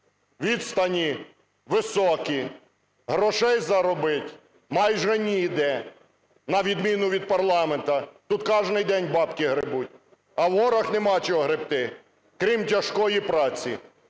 відстані високі, грошей заробити майже ніде, на відміну від парламенту, тут кожний день бабки гребуть, а в горах нема чого гребти крім тяжкої праці.